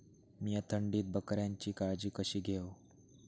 मीया थंडीत बकऱ्यांची काळजी कशी घेव?